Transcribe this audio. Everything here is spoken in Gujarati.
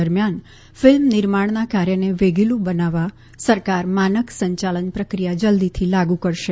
દરમિયાન ફિલ્મ નિર્માણના કાર્યને વેગીલુ બનાવવા સરકાર માનક સંચાલન પ્રક્રિયા જલ્દીથી લાગુ કરશે